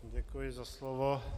Děkuji za slovo.